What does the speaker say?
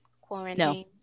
quarantine